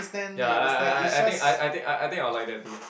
ya I I I I think I I think I think I will like that too